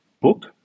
book